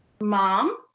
Mom